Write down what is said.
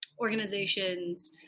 organization's